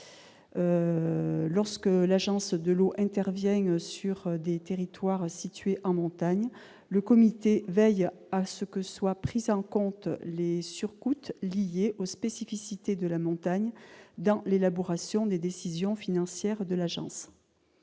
Lorsque l'agence de l'eau intervient sur des territoires situés en montagne, le comité veille à ce que soient pris en compte les surcoûts liés aux spécificités de la montagne dans l'élaboration des décisions financières de l'agence.